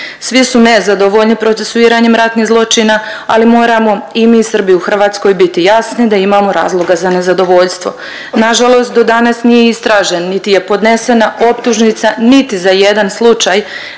Svi su nezadovoljni procesuiranjem ratnih zločina, ali moramo i mi Srbi u Hrvatskoj biti jasni da imamo razloga za nezadovoljstvo. Nažalost, do danas nije istražen niti je podnesena optužnica niti za jedan slučaj